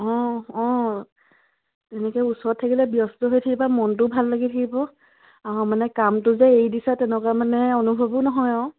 অঁ অঁ তেনেকে ওচৰত থাকিলে ব্যস্ত হৈ থাকিবা মনটো ভাল লাগি থাকিব মানে কামটো যে এৰি দিছা তেনেকুৱা মানে অনুভৱো নহয় অঁ